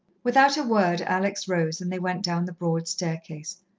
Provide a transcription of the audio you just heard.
without a word alex rose, and they went down the broad staircase.